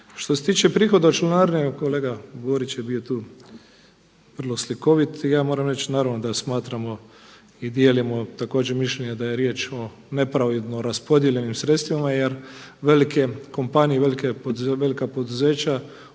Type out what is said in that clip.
Što se tiče prihoda od članarine kolega Borić je bio tu vrlo slikovit. I ja moram reći naravno da smatramo i dijelimo također mišljenje da je riječ o nepravedno raspodijeljenim sredstvima jer velike kompanije, velika poduzeća